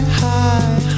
high